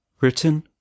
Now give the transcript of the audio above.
Written